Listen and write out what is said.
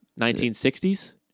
1960s